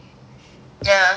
ya